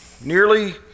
Nearly